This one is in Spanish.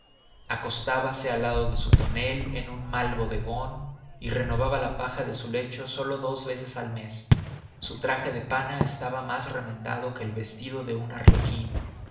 cambiado acostábase al lado de su tonel en un mal bodegón y renovaba la paja de su lecho sólo dos veces al mes su traje de pana estaba más remendado que el vestido de un arlequín